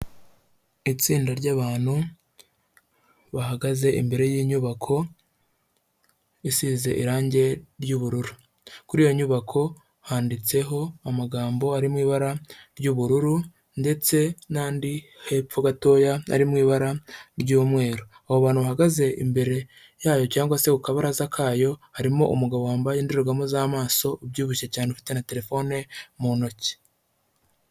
Itsinda ry'abantutu bahagaze imbere y'inyubako isize irange ry'ubururu, kuri iyo nyubako handitseho amagambo ari mu ibara ry'ubururu ndetse n'andi hepfo gatoya ari mu ibara ry'umweru, abo bantu bahagaze imbere yayo cyangwa se ku kabaraza kayo harimo umugabo wambaye indorerwamo z'amaso ubyibushye cyane, ufite na telefone mu ntoki.